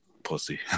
Pussy